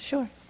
Sure